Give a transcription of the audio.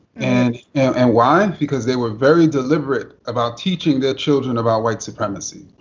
and and why? because they were very deliberate about teaching their children about white supremacy.